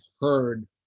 heard